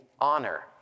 honor